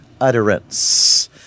utterance